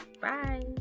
Bye